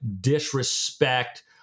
disrespect